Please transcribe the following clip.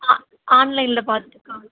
ஆ ஆன்லைனில் பார்த்துருக்காங்க